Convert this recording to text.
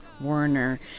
Warner